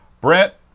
Brett